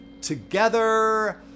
Together